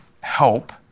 help